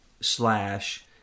Slash